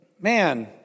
man